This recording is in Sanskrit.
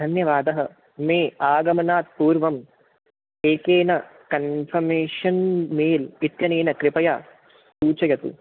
धन्यवादः मे आगमनात् पूर्वम् एकेन कन्फर्मेशन् मेल् इत्यनेन कृपया सूचयतु